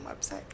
website